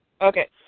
Okay